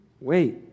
Wait